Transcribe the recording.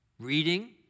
Reading